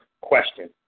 question